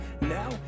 Now